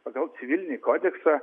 pagal civilinį kodeksą